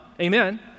Amen